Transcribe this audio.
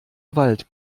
wald